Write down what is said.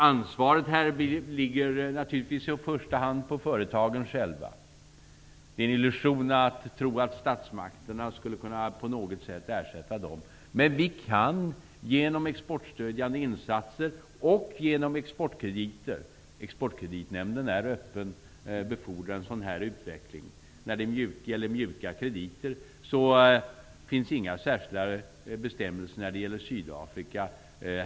Ansvaret ligger naturligtvis i första hand på företagen själva. Det är en illusion att tro att statsmakterna på något sätt skulle kunna ersätta dem. Men vi kan, genom exportstödjande insatser och exportkrediter, befordra en sådan utveckling. Exportkreditnämnden är öppen. För mjuka krediter finns inga särskilda bestämmelser när det gäller Sydafrika.